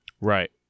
right